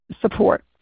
support